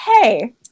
hey